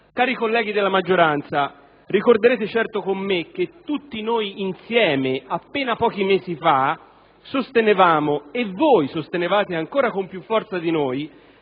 Cari colleghi della maggioranza, ricorderete certo con me che tutti noi insieme, appena pochi mesi fa, sostenevamo (e voi con più forza di noi)